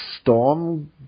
Storm